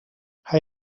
hij